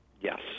Yes